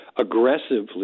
aggressively